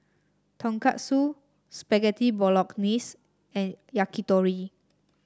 Tonkatsu Spaghetti Bolognese and Yakitori